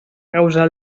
causa